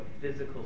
physical